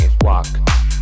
walk